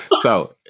So-